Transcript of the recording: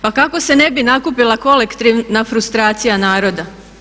Pa kako se ne bi nakupila kolektivna frustracija naroda?